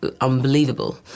unbelievable